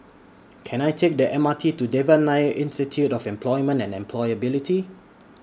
Can I Take The M R T to Devan Nair Institute of Employment and Employability